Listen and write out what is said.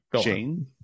Jane